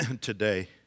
today